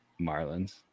Marlins